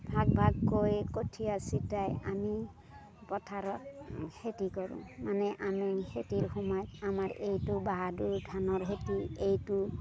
ভাগ ভাগকৈ কঠিয়া ছটিয়াই আমি পথাৰত খেতি কৰোঁ মানে আমি খেতিৰ সময়ত আমাৰ এইটো বাহাদুৰ ধানৰ খেতি এইটো